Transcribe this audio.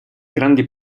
grandi